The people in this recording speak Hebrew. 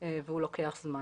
והוא לוקח זמן.